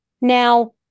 Now